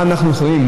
מה אנחנו יכולים,